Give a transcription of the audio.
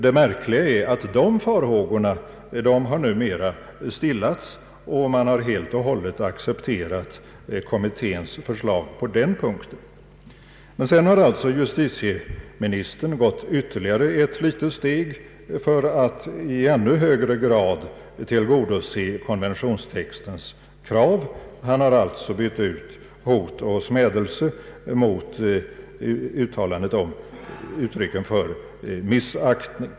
Det märkliga är att de farhågorna numera har stillats. Man har helt och hållet accepterat kommitténs förslag på den punkten. Sedan har alltså justitieministern gått ytterligare ett litet steg för att i ännu högre grad tillgodose konventionstextens krav. Han har bytt ut ”hot och smädelse” mot uttrycket ”missaktning”.